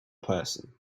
person